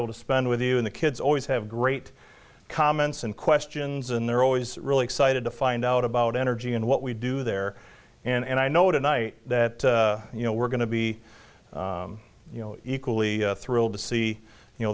able to spend with you when the kids always have great comments and questions and they're always really excited to find out about energy and what we do there and i know tonight that you know we're going to be you know equally thrilled to see you know